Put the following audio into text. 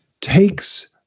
takes